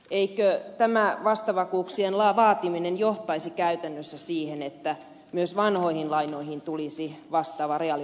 eikö tämä vastavakuuksien vaatiminen johtaisi käytännössä siihen että myös vanhoihin lainoihin tulisi vastaava reaalivakuusehto